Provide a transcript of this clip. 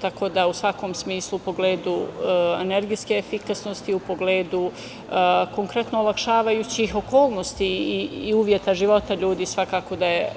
Tako da u svakom smislu, pogledu energetske efikasnosti, u pogledu konkretno olakšavajućih okolnosti i zahteva života ljudi, svakako da je